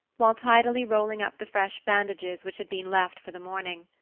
while tidily rolling up the fresh bandages which had been left for the morning.